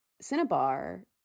cinnabar